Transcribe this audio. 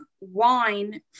wine